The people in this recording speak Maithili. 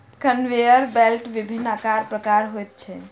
कन्वेयर बेल्ट विभिन्न आकार प्रकारक होइत छै